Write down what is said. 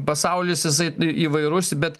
pasaulis jisai įvairus bet